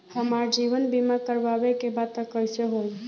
हमार जीवन बीमा करवावे के बा त कैसे होई?